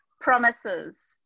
Promises